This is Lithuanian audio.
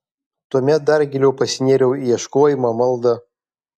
tuomet dar giliau pasinėriau į ieškojimą maldą